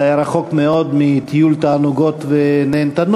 זה היה רחוק מאוד מטיול תענוגות ונהנתנות,